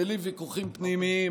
בלי ויכוחים פנימיים,